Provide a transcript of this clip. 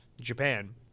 Japan